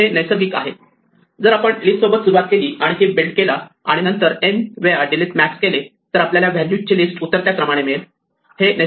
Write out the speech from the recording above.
हे नैसर्गिक आहे जर आपण लिस्ट सोबत सुरुवात केली आणि हीप बिल्ड केला आणि नंतर n वेळा डिलीट मॅक्स केले तर आपल्याला व्हॅल्यूज ची लिस्ट उतरत्या क्रमाने मिळेल हे नैसर्गिक आहे